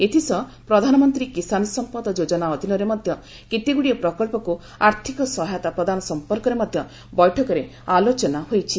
ଏଥିସହ ପ୍ରଧାନମନ୍ତ୍ରୀ କିଶାନ ସମ୍ପଦ ଯୋଜନା ଅଧୀନରେ ମଧ୍ୟ କେତେଗୁଡ଼ିଏ ପ୍ରକଳ୍ପକୁ ଆର୍ଥିକ ସହାୟତା ପ୍ରଦାନ ସମ୍ପର୍କରେ ମଧ୍ୟ ବୈଠକରେ ଆଲୋଚନା ହୋଇଛି